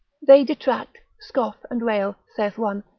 they detract, scoff and rail, saith one,